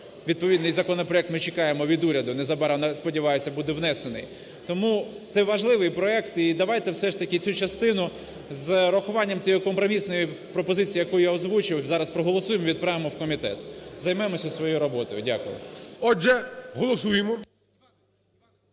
відповідний законопроект ми чекаємо від уряду, незабаром, сподіваюсь, буде внесений. Тому це важливий проект, і давайте все ж таки цю частину з урахуванням тієї компромісної пропозиції, яку я озвучив, зараз проголосуємо і відправимо у комітет, займемося своєю роботою. Дякую. ГОЛОВУЮЧИЙ. Отже, голосуємо.